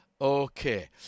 Okay